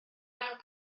mewn